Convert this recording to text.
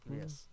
Yes